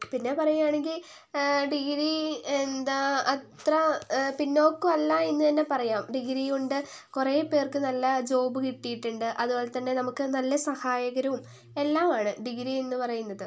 പിന്നെ പറയുക ആണെങ്കില് ഡിഗ്രി എന്താ അത്ര പിന്നോക്കമല്ല എന്ന് തന്നെ പറയാം ഡിഗ്രി കൊണ്ട് കുറെ പേര്ക്ക് നല്ല ജോബ് കിട്ടീട്ടുണ്ട് അതുപോലെത്തന്നെ നമുക്ക് നല്ല സഹായകരവും എല്ലാം ആണ് ഡിഗ്രി എന്ന് പറയുന്നത്